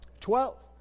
Twelve